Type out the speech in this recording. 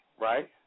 right